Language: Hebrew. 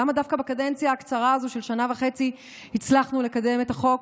למה דווקא בקדנציה הקצרה הזו של שנה וחצי הצלחנו לקדם את החוק?